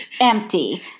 empty